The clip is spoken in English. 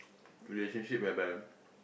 relationship whereby